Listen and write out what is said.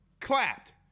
clapped